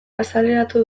azaleratu